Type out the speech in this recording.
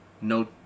No